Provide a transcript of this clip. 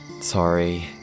Sorry